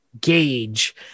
gauge